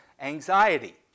anxiety